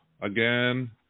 again